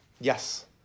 Yes